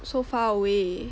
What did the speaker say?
so far away